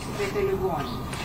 užsikrėtė ligoninėj